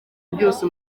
byose